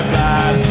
bad